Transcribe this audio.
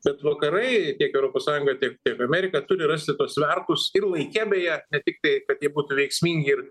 bet vakarai tiek europos sąjunga tiek tiek amerika turi rasti tuos svertus ir laike beje ne tik tai kad jie būtų veiksmingi ir